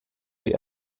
die